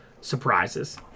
surprises